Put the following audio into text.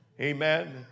Amen